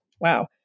wow